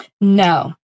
No